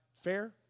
fair